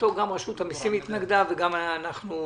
רשות המיסים התנגדה בשעתו.